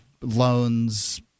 loans